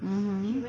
mmhmm